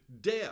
death